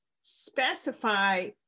specify